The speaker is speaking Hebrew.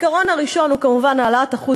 העיקרון הראשון הוא כמובן העלאת אחוז